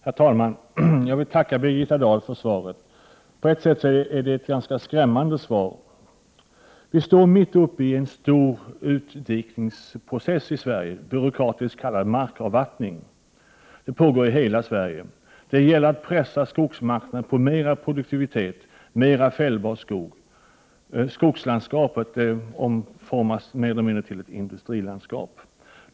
Herr talman! Jag vill tacka Birgitta Dahl för svaret. På ett sätt är det ett ganska skrämmande svar. Vi står mitt uppe i en stor utdikningsprocess i Sverige, byråkratiskt kallad markavvattning. Den pågår i hela Sverige. Det gäller att pressa skogsmarken på mera produktivitet, mera fällbar skog. Skogslandskapet omformas mer eller mindre till industrilandskap.